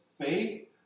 faith